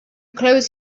close